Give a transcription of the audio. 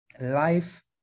life